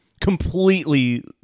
completely